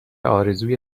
آرزوی